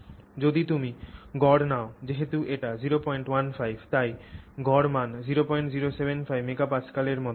যদি তুমি গড় নাও যেহেতু এটি 015 তাই গড় মান 0075 MPa এর মতো কিছু